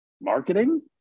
marketing